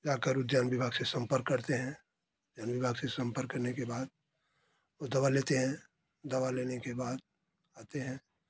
जाकर उद्यान विभाग से संपर्क करते हैं उद्यान विभाग से संपर्क करने के बाद ऊ दवा लेते हैं दवा लेने के बाद आते हैं